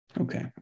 Okay